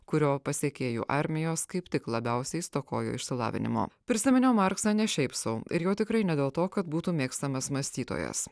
kurio pasekėjų armijos kaip tik labiausiai stokojo išsilavinimo prisiminiau marksą ne šiaip sau ir jau tikrai ne dėl to kad būtų mėgstamas mąstytojas